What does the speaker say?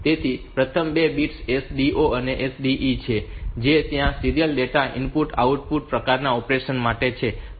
તેથી પ્રથમ બે બિટ્સ SDO અને SDE છે જે ત્યાં સીરીયલ ડેટા ઇનપુટ આઉટપુટ પ્રકારના ઓપરેશન માટે છે